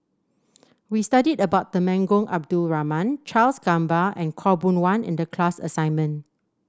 we studied about Temenggong Abdul Rahman Charles Gamba and Khaw Boon Wan in the class assignment